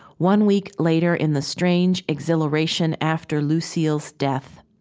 one week later in the strange exhilaration after lucille's death